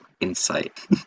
insight